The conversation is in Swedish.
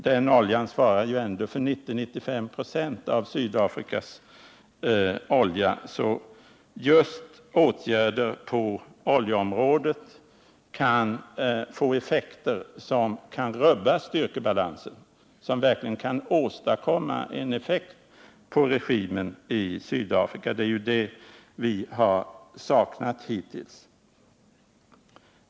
Oljan från Iran svarar ju ändå för 90-95 926 av Sydafrikas oljeimport, så just åtgärder på oljeområdet kan få effekter som kan rubba styrkebalansen och verkligen påverka regimen i Sydafrika. Det är ju sådana åtgärder vi har saknat hittills.